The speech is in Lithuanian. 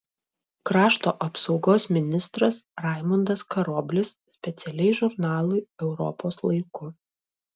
krašto apsaugos ministras raimundas karoblis specialiai žurnalui europos laiku